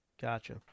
Gotcha